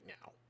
now